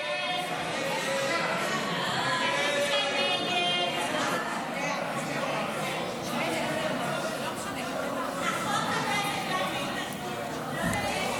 ההצעה להעביר לוועדה את הצעת חוק הביטוח הלאומי (תיקון,